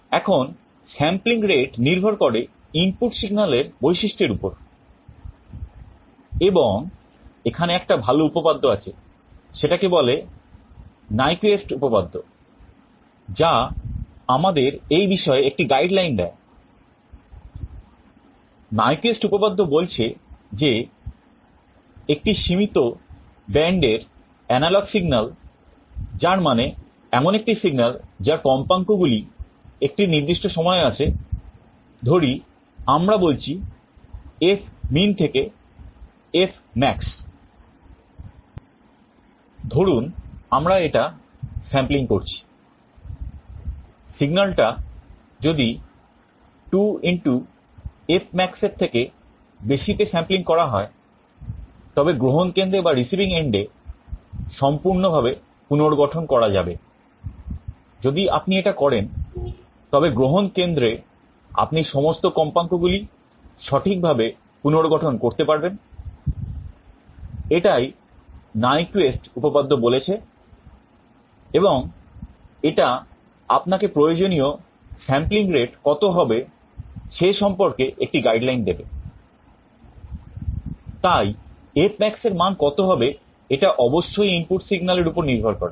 এখন sampling rate নির্ভর করে ইনপুট সিগন্যালের যার মানে এমন একটি সিগন্যাল যার কম্পাঙ্কগুলি একটি নির্দিষ্ট সীমায় আছে ধরি আমরা বলছি fmin থেকে fmax ধরুন আমরা এটা sampling করছি সিগন্যাল এর উপর নির্ভর করে